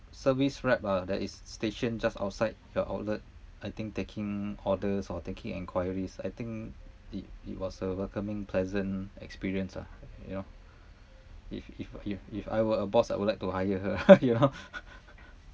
service rep ah that is stationed just outside your outlet I think taking orders or taking enquiries I think it it was a welcoming pleasant experience ah you know if if if if I were a boss I would like to hire her !huh! you know